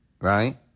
right